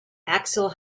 axel